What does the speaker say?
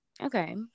Okay